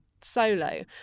solo